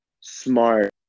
smart